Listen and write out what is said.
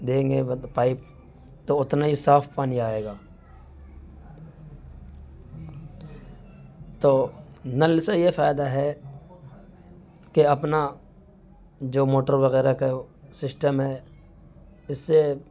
دیں گے پائپ تو اتنا ہی صاف پانی آئے گا تو نل سے یہ فائدہ ہے کہ اپنا جو موٹر وغیرہ کا سسٹم ہے اس سے